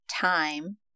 time